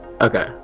Okay